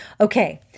Okay